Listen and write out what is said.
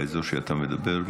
באזור שאתה מדבר,